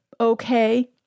okay